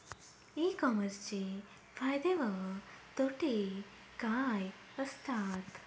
E कॉमर्सचे फायदे व तोटे काय असतात?